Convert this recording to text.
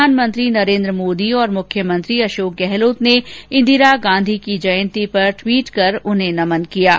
प्रधानमंत्री नरेन्द्र मोदी और मुख्यमंत्री अशोक गहलोत ने इंदिरा गांधी की जयंती पर ट्वीट कर उन्हें नमन किया है